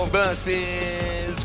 versus